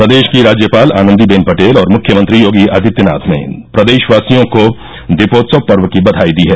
प्रदेश की राज्यपाल आनंदीबेन पटेल और मुख्यमंत्री योगी आदित्यनाथ ने प्रदेशवाशियों को दीपोत्वस पर्व की बधाई दी हैं